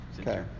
Okay